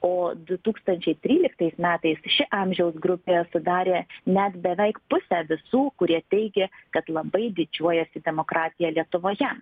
o du tūkstančiai tryliktais metais ši amžiaus grupė sudarė net beveik pusę visų kurie teigė kad labai didžiuojasi demokratija lietuvoje